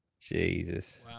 Jesus